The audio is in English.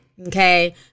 Okay